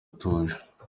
atuje